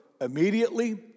Immediately